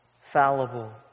fallible